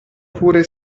pure